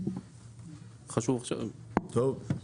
טוב,